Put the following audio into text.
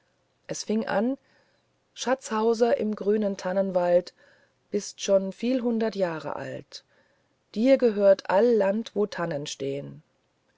es fing an schatzhauser im grünen tannenwald bist schon viel hundert jahre alt dir gehört all land wo